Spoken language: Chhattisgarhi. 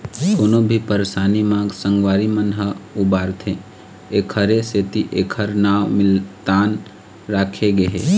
कोनो भी परसानी म संगवारी मन ह उबारथे एखरे सेती एखर नांव मितान राखे गे हे